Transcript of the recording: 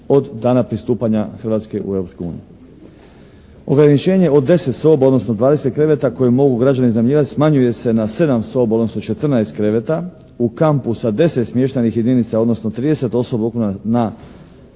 od dana pristupanja Hrvatske u Europsku uniju. Ograničenje od 10 soba odnosno 20 kreveta koje mogu građani iznajmljivati smanjuje se na 7 soba odnosno 14 kreveta. U kampu sa 10 smještajnih jedinica odnosno 30 osoba …/Govornik se